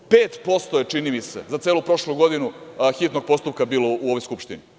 Pet posto je, čini mi se za celu prošlu godinu hitnog postupka bilo u ovoj Skupštini.